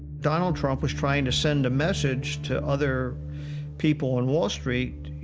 donald trump was trying to send a message to other people on wall street